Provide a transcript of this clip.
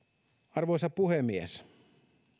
arvoisa puhemies